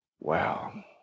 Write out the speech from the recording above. Wow